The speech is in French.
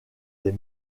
des